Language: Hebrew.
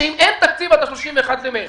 שאם אין תקציב עד ה-31 במרס,